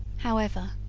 however,